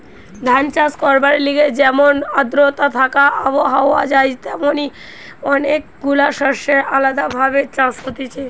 ধান চাষ করবার লিগে যেমন আদ্রতা থাকা আবহাওয়া চাই তেমনি অনেক গুলা শস্যের আলদা ভাবে চাষ হতিছে